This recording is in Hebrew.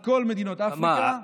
כל מדינות אפריקה,